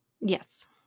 Yes